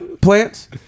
plants